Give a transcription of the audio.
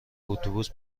اتوبوس